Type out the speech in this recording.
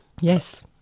Yes